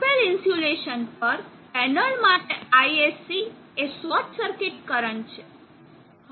આપેલ ઇન્સ્યુલેશન પર પેનલ માટે ISC એ શોર્ટ સર્કિટ કરંટ છે